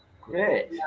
Great